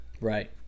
right